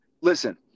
listen